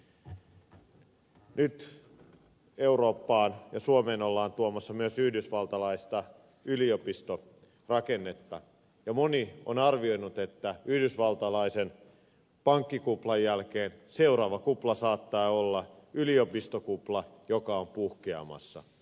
nyt eurooppaan ja suomeen ollaan tuomassa myös yhdysvaltalaista yliopistorakennetta ja moni on arvioinut että yhdysvaltalaisen pankkikuplan jälkeen seuraava kupla saattaa olla yliopistokupla joka on puhkeamassa